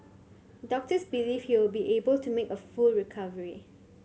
doctors believe he will be able to make a full recovery